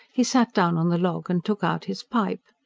he sat down on the log and took out his pipe.